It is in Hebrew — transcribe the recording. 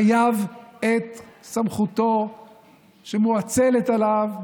חייב את סמכותו שמואצלת עליו,